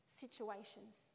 situations